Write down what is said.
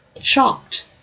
chopped